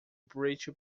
breech